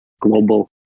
global